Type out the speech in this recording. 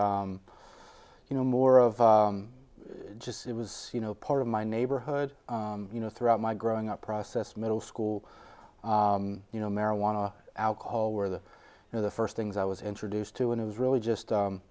was you know more of just it was you know part of my neighborhood you know throughout my growing up process middle school you know marijuana alcohol where the you know the first things i was introduced to and it was really just